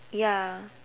ya